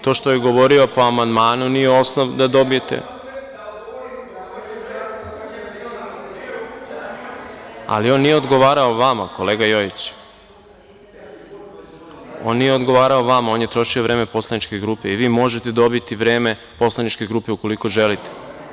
To što je govorio po amandmanu nije osnov da dobijete… (Narodni poslanici SRS govore u glas.) .. ali on nije odgovarao vama kolega Jojiću, on je trošio vreme poslaničke grupe i vi možete dobiti vreme poslaničke grupe ukoliko želite.